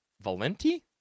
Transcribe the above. valenti